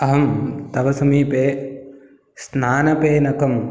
अहं तव समीपे स्नानफेनकं